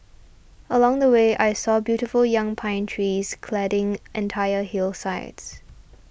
along the way I saw beautiful young pine trees cladding entire hillsides